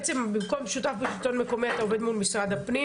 למעשה במקום שותף בשלטון המקומי אתה עובד מול משרד הפנים,